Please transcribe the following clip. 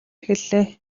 эхэллээ